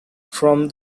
from